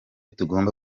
tugomba